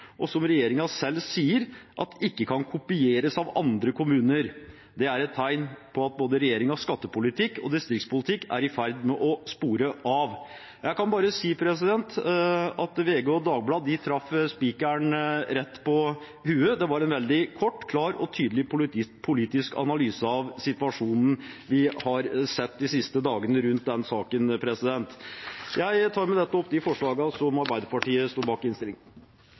som regjeringen selv innrømmer ikke kan kopieres. Dette er tegn på at både regjeringens skattepolitikk og distriktspolitikk er i ferd med å spore av.» Jeg kan bare si at VG og Dagbladet traff spikeren rett på hodet. Det var en veldig kort, klar og tydelig politisk analyse av situasjonen vi har sett de siste dagene rundt den saken. Jeg tar med det opp det forslaget som Arbeiderpartiet står bak i